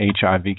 HIV